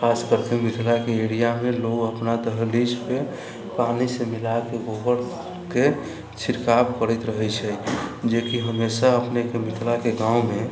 खास करके मिथिलाके एरियामे लोक अपना दहलीजपे पानिसँ मिलाइके गोबरके छिड़काव करैत रहैत छै जेकि हमेशा अपनेके मिथिलाके गाँवमे